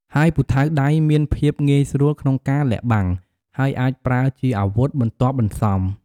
ហើយពូថៅដៃមានភាពងាយស្រួលក្នុងការលាក់បាំង ហើយអាចប្រើជាអាវុធបន្ទាប់បន្សំ។